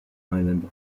island